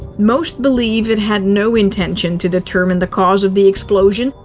most believe it had no intention to determine the cause of the explosion,